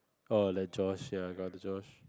orh that Josh ya I got the Josh